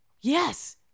yes